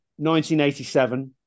1987